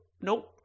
Nope